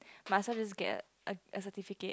must as well just get a a certificate